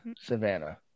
Savannah